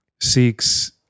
seeks